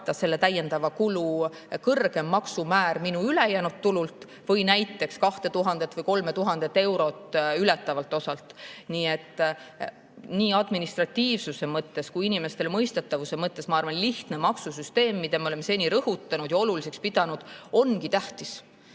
nii administratiivses mõttes kui ka inimestele mõistetavuse mõttes oleks see, ma arvan, lihtne maksusüsteem, mis, nagu me oleme seni rõhutanud ja oluliseks pidanud, ongi tähtis.